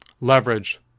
leverage